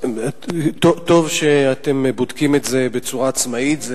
טוב שאתם בודקים את זה בצורה עצמאית,